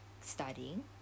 studying